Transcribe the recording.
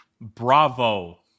Bravo